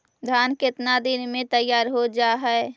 धान केतना दिन में तैयार हो जाय है?